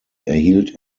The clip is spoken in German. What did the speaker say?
erhielt